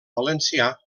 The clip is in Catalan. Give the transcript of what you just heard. valencià